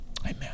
Amen